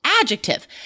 adjective